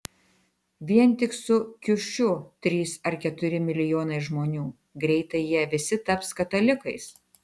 vien tik su kiušiu trys ar keturi milijonai žmonių greitai jie visi taps katalikais